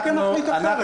למה אתה מחליט אחרת?